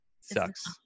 Sucks